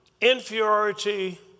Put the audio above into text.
inferiority